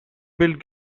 built